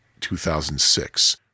2006